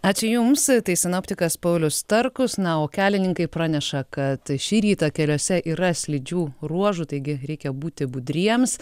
ačiū jums tai sinoptikas paulius starkus na o kelininkai praneša kad šį rytą keliuose yra slidžių ruožų taigi reikia būti budriems